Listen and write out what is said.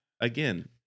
again